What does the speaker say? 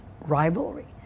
rivalry